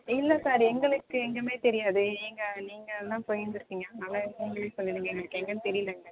இல்லை சார் எங்களுக்கு எங்கமே தெரியாது நீங்கள் நீங்கள் ஆனால் போயிருந்துப்பீங்க அதனால் நீங்களே சொல்லிடுங்க எங்களுக்கு எங்கேன்னு தெரியல